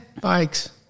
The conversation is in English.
bikes